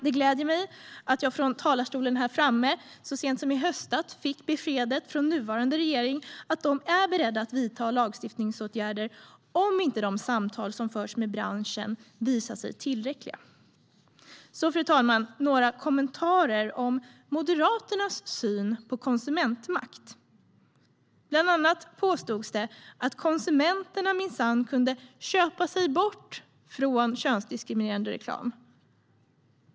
Det gläder mig dock att jag från talarstolen här i kammaren så sent som i höstas fick beskedet att nuvarande regering är beredd att vidta lagstiftningsåtgärder om de samtal som förs med branschen inte visar sig tillräckliga. Fru talman! Låt mig nu kommentera något av det som utgör Moderaternas syn på konsumentmakt. Bland annat påstods tidigare att konsumenterna minsann kan köpa sig bort från könsdiskriminerande reklam.